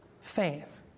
faith